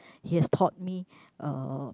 he has taught me uh